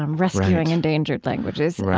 um rescuing endangered languages.